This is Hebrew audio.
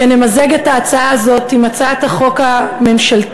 שנמזג את ההצעה הזאת עם הצעת החוק הממשלתית,